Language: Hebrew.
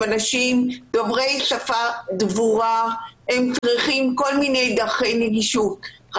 דוברי שפה דבורה והם צריכים כל מיני דרכי נגישות.